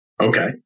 Okay